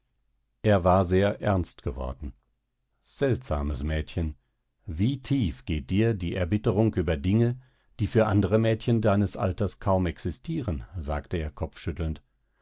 er war sehr ernst geworden seltsames mädchen wie tief geht dir die erbitterung über dinge die für andere junge mädchen deines alters kaum existieren sagte er kopfschüttelnd